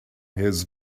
his